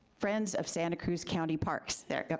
friends of santa cruz county parks. there,